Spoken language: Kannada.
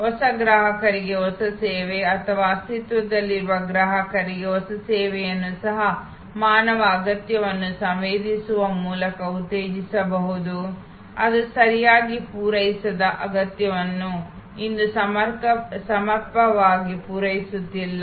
ಹೊಸ ಗ್ರಾಹಕರಿಗೆ ಹೊಸ ಸೇವೆ ಅಥವಾ ಅಸ್ತಿತ್ವದಲ್ಲಿರುವ ಗ್ರಾಹಕರಿಗೆ ಹೊಸ ಸೇವೆಯನ್ನು ಸಹ ಮಾನವ ಅಗತ್ಯಗಳನ್ನು ಸಂವೇದಿಸುವ ಮೂಲಕ ಉತ್ತೇಜಿಸಬಹುದು ಅದು ಸರಿಯಾಗಿ ಪೂರೈಸದ ಅಗತ್ಯಗಳನ್ನು ಇಂದು ಸಮರ್ಪಕವಾಗಿ ಪೂರೈಸುತ್ತಿಲ್ಲ